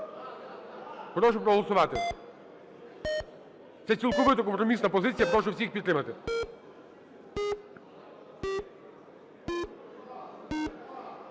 Прошу проголосувати. Це цілковито компромісна позиція, прошу всіх підтримати.